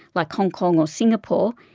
like hong kong or singapore,